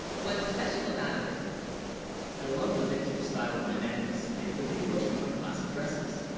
what's special, about it i love the vintage style of my, necklace it really, goes with, my classic dresses